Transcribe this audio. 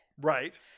Right